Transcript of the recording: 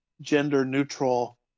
gender-neutral